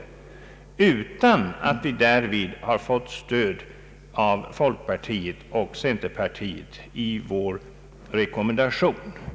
Vi har därvid inte fått stöd av folkpartiet och centerpartiet i vår Ang. den ekonomiska politiken, m.m. rekommendation.